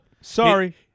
sorry